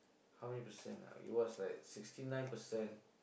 how many percent ah it was like sixty nine percent